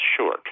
short